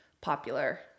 popular